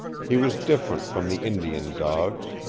he was different from the indian dogs,